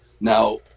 Now